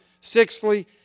Sixthly